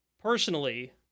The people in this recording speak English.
Personally